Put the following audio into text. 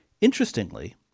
Interestingly